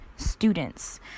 students